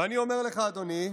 ואני אומר לך, אדוני,